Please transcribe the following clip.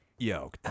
yo